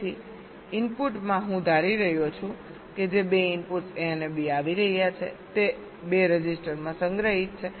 તેથી ઇનપુટમાં હું ધારી રહ્યો છું કે જે 2 ઇનપુટ્સ A અને B આવી રહ્યા છે તે 2 રજિસ્ટરમાં સંગ્રહિત છે